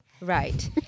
Right